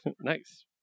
nice